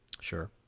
Sure